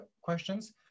questions